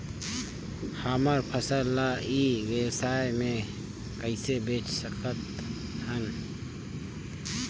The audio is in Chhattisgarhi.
हमर फसल ल ई व्यवसाय मे कइसे बेच सकत हन?